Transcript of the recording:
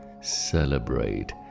celebrate